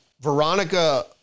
Veronica